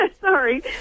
Sorry